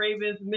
Ravens